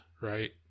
right